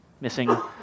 missing